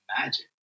magic